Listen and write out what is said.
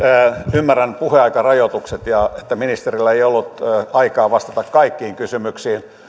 ymmärrän puheaikarajoitukset ja että ministerillä ei ei ollut aikaa vastata kaikkiin kysymyksiin